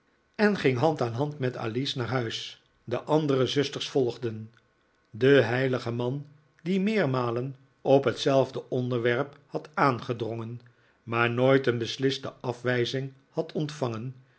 en ging hand aan hand met alice naar huis de andere zusters volgden de heilige man die meermalen op hetzelfde onderwerp had aangedrongen maar nooit een besliste afwijzing had ontvangen